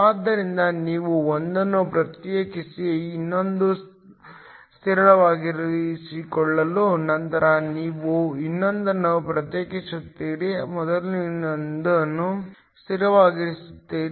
ಆದ್ದರಿಂದ ನೀವು ಒಂದನ್ನು ಪ್ರತ್ಯೇಕಿಸಿ ಇನ್ನೊಂದನ್ನು ಸ್ಥಿರವಾಗಿರಿಸಿಕೊಳ್ಳಿ ನಂತರ ನೀವು ಇನ್ನೊಂದನ್ನು ಪ್ರತ್ಯೇಕಿಸುತ್ತೀರಿ ಮೊದಲನೆಯದನ್ನು ಸ್ಥಿರವಾಗಿರಿಸುತ್ತೀರಿ